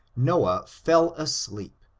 noah fell asleep,